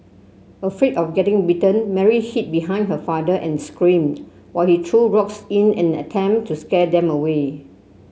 afraid of getting bitten Mary hid behind her father and screamed while he threw rocks in an attempt to scare them away